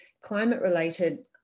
climate-related